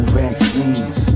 vaccines